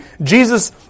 Jesus